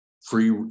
free